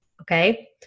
okay